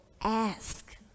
ask